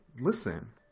listen